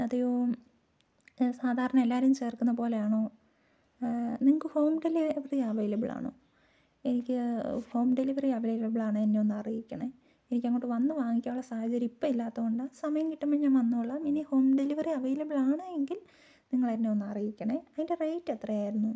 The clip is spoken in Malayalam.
അതെയോ ഈ സാധാരണ എല്ലാവരും ചേർക്കുന്ന പോലെയാണോ നിങ്ങൾക്ക് ഹോം ഡെലിവെറി അവൈലബിളാണോ എനിക്ക് ഹോം ഡെലിവെറി അവൈലബിളാണേ എന്നെ ഒന്നറിയിക്കണേ എനിക്കങ്ങോട്ട് വന്ന് വാങ്ങിക്കാനുള്ള സാഹചര്യം ഇപ്പം ഇല്ലാത്തതുകൊണ്ടാ സമയം കിട്ടുമ്പോൾ ഞാൻ വന്നോളാ ഇനി ഹോം ഡെലിവെറി അവൈലബിളാണ് എങ്കിൽ നിങ്ങൾ എന്നെ ഒന്നറിയിക്കണേ അതിൻ്റെ റേറ്റ് എത്ര ആയിരുന്നു